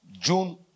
June